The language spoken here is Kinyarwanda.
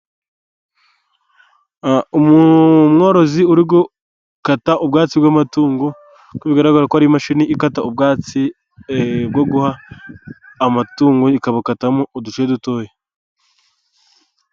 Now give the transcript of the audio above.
Umworozi uri gukata ubwatsi bw'amatungo, ko bigaragara ko ari imashini ikata ubwatsi bw' amatungo, ikabukatamo uduce dutoya.